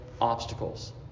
obstacles